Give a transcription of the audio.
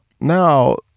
Now